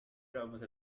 لعب